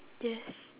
yes